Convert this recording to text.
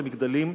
המגדלים,